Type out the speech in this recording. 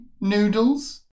Noodles